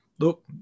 Look